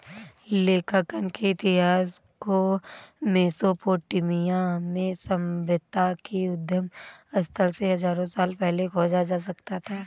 लेखांकन के इतिहास को मेसोपोटामिया में सभ्यता के उद्गम स्थल से हजारों साल पहले खोजा जा सकता हैं